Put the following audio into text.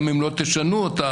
גם אם לא תשנו אותה,